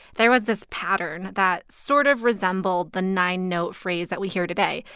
there was this pattern that sort of resembled the nine-note phrase that we hear today.